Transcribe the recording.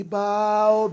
bow